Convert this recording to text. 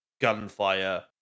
gunfire